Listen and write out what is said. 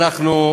אנחנו,